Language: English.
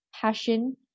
passion